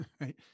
Right